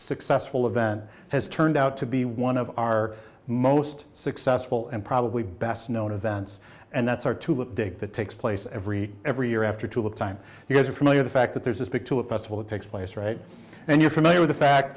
successful event has turned out to be one of our most successful and probably best known events and that's our tulip dig that takes place every every year after to look time here's a familiar the fact that there's this big to a festival that takes place right and you're familiar with the fact